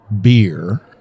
beer